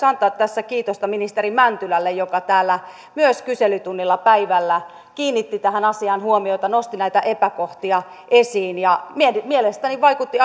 antaa tässä kiitosta ministeri mäntylälle joka täällä myös kyselytunnilla päivällä kiinnitti tähän asiaan huomiota nosti näitä epäkohtia esiin mielestäni vaikutti